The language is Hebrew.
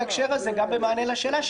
גם במענה לשאלה,